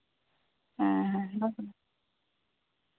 ᱦᱮᱸ ᱦᱮᱸ